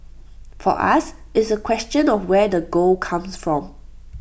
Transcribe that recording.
for us it's A question of where the gold comes from